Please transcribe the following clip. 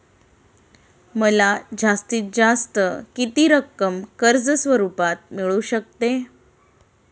मला जास्तीत जास्त किती रक्कम कर्ज स्वरूपात मिळू शकते?